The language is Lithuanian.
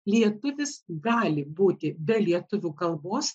lietuvis gali būti be lietuvių kalbos